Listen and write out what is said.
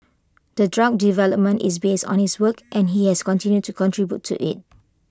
the drug development is based on his work and he has continued to contribute to IT